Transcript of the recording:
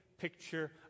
picture